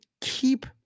keep